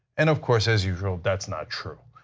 and of course as usual that's not true.